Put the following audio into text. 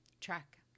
Track